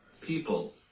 people